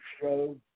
show